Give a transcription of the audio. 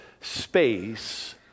space